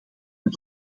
met